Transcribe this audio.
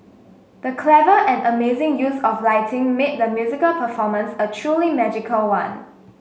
the clever and amazing use of lighting made the musical performance a truly magical one